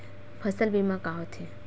फसल बीमा का होथे?